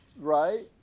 Right